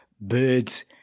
birds